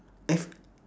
F